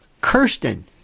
Kirsten